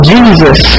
Jesus